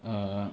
err